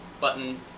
button